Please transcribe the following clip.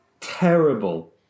terrible